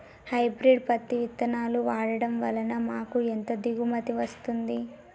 Hybrid పత్తి విత్తనాలు వాడడం వలన మాకు ఎంత దిగుమతి వస్తుంది?